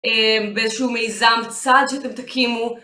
באיזשהו מיזם צד שאתם תקימו